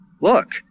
look